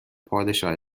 پادشاه